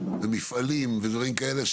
מפעלים ודברים כאלה,